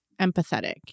empathetic